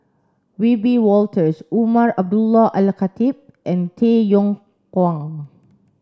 Wiebe Wolters Umar Abdullah Al Khatib and Tay Yong Kwang